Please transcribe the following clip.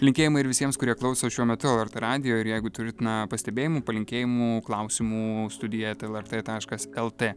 linkėjimai ir visiems kurie klauso šiuo metu lrt radijo ir jeigu turit na pastebėjimų palinkėjimų klausimų studija eta lrt taškas lt